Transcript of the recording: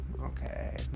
Okay